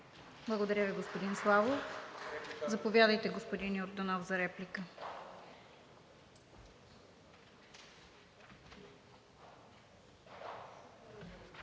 Благодаря Ви, господин Славов. Заповядайте, господин Йорданов, за реплика.